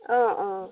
অঁ অঁ